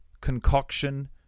concoction